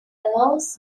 allows